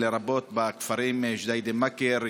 לרבות בכפרים ג'דיידה-מכר,